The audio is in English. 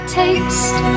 taste